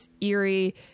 eerie